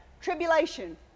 tribulation